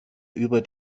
über